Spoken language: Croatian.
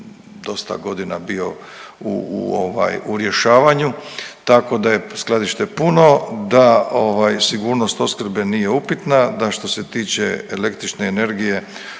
dosta godina bio u, u ovaj u rješavanju. Tako da je skladište puno, da ovaj sigurnost opskrbe nije upitna, da što se tiče električne energije